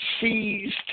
seized